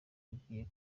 ugiye